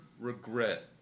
regret